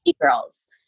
Girls